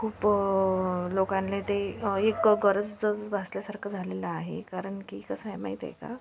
खूप लोकांना ते एक गरजच भासल्यासारखं झालेलं आहे कारण की कसं आहे माहितीये का